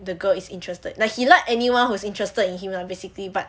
the girl is interested like he like anyone who's interested in him lah basically but